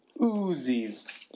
uzis